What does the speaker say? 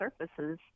surfaces